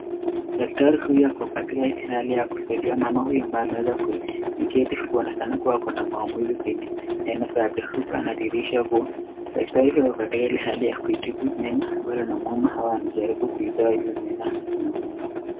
Daktari huyu ako katika ile hali ya kusaidia mama huyu ambaye ameweza kuketi inaonekana kuwa akona maumivu kwenye meno zake huku anadhirisha kuwa daktari huyu ako katika ile hali ya kuitibu meno ambayo inamuma au anajaribu kuitoa ile meno ambayo inamuuma.